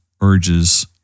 urges